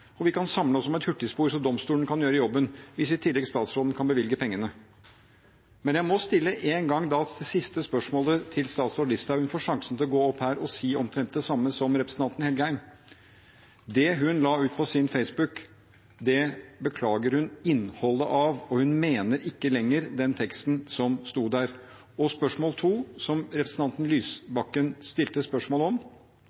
og vi kan samle oss om et hurtigspor slik at domstolene kan gjøre jobben, hvis statsråden i tillegg kan bevilge pengene. Men jeg må én gang til stille det siste spørsmålet til statsråd Listhaug. Hun får sjansen til å gå opp her og si omtrent det samme som representanten Engen-Helgheim. Det hun la ut på sin Facebook-side, beklager hun innholdet i, og hun mener ikke lenger det som sto i den teksten. Og spørsmål to, som gjelder det representanten